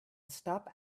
stop